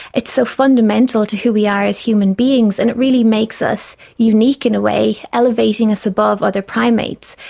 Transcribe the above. it's so fundamental to who we are as human beings and it really makes us unique, in a way, elevating us above other primates.